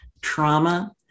trauma